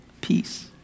Peace